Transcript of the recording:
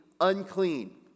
unclean